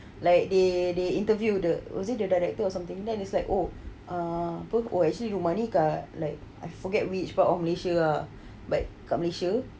like they they interview the the was it director or something then it's like oh err apa oh actually rumah ni kat like I forget which part of malaysia ah like kat malaysia